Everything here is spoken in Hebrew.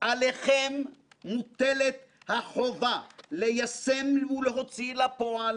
עליכם מוטלת החובה ליישם ולהוציא אל הפועל